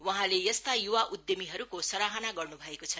वहाँले यस्ता य्वा उद्यमीहरुको सराहना गर्न् भएको छ